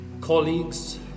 Colleagues